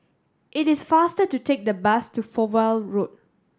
it is faster to take the bus to Fowlie Road